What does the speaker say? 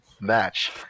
match